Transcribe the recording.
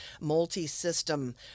multi-system